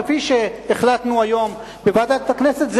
כפי שהחלטנו היום בוועדת הכנסת,